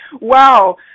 Wow